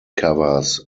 covers